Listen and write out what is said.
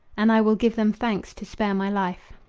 and i will give them thanks to spare my life.